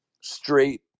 straight